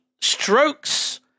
strokes